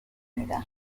میدم